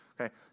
okay